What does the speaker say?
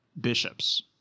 bishops